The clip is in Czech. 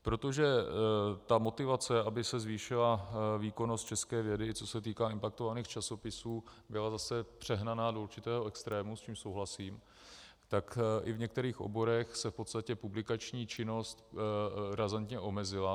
Protože ta motivace, aby se zvýšila výkonnost české vědy, co se týká impaktovaných časopisů, byla zase přehnaná do určitého extrému, s tím souhlasím, tak i v některých oborech se v podstatě publikační činnost razantně omezila.